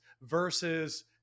versus